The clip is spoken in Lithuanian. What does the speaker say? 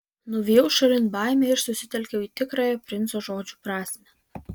nuvijau šalin baimę ir susitelkiau į tikrąją princo žodžių prasmę